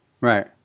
Right